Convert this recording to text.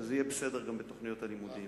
כשזה יהיה בסדר גם בתוכניות הלימודים.